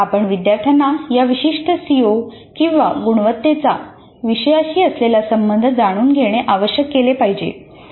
आपण विद्यार्थ्यांना या विशिष्ट सीओ गुणवत्तेचा विषयाशी असलेला संबंध जाणून घेणे आवश्यक केले पाहिजे